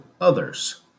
others